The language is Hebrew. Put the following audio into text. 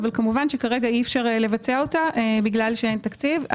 אבל כמובן שכרגע אי אפשר לבצע אותה בגלל שאין תקציב.